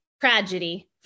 tragedy